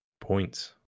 points